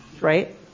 Right